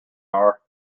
are